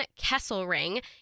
Kesselring